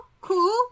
Cool